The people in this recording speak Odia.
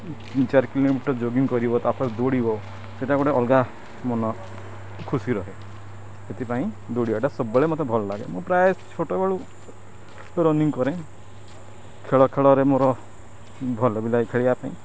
ତିନି ଚାରି କିଲୋମିଟର ଜଗିଙ୍ଗ କରିବ ତା'ପରେ ଦୌଡ଼ିବ ସେଇଟା ଗୋଟେ ଅଲଗା ମନ ଖୁସି ରହେ ସେଥିପାଇଁ ଦୌଡ଼ିବାଟା ସବୁବେଳେ ମୋତେ ଭଲ ଲାଗେ ମୁଁ ପ୍ରାୟ ଛୋଟବେଳୁ ରନିଙ୍ଗ କରେ ଖେଳ ଖେଳରେ ମୋର ଭଲ ବି ଲାଗେ ଖେଳିବା ପାଇଁ